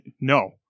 No